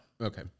okay